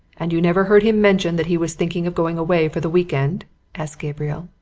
and you never heard him mention that he was thinking of going away for the week-end? asked gabriel.